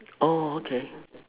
oh okay